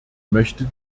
möchte